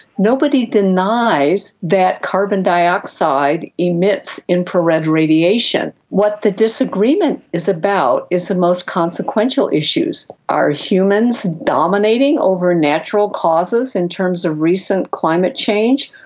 nobody denies that carbon dioxide emits infrared radiation. what the disagreement is about is the most consequential issues are humans dominating over natural causes in terms of recent climate change?